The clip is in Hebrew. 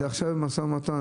זה עכשיו במשא ומתן.